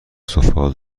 سفال